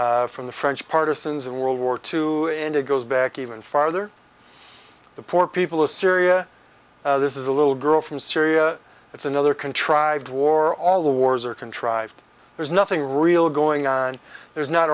war from the french partisans in world war two and it goes back even farther the poor people of syria this is a little girl from syria it's another contrived war all the wars are contrived there's nothing real going on there's not